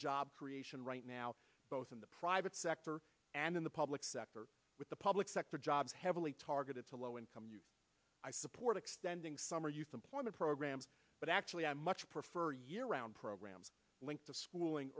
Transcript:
job creation right now both in the private sector and in the public sector with the public sector jobs heavily targeted to low income support extending summer youth employment programs but actually i much prefer year round programs linked to schooling